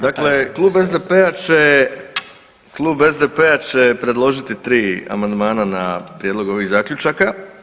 Dakle, Klub SDP-a će, Klub SDP-a će predložiti 3 amandmana na prijedlog ovih zaključaka.